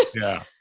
yeah.